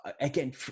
again